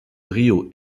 río